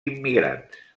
immigrants